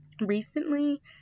Recently